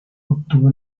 obtuvo